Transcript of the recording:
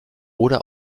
oder